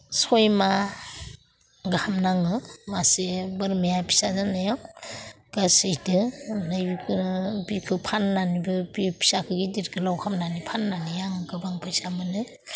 सय माह गाहाम नाङो मासे बोरमाया फिसा जानो गासैदो ओमफ्राय बिखो फाननानैबो बि फिसाखो गिदिर गोलाव खालामनानै फाननानैहा गोबां फैसा मोनो